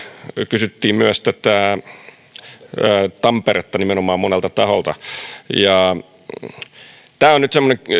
kysyttiin myös tamperetta nimenomaan monelta taholta tämä on nyt semmoinen